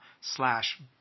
slash